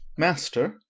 master,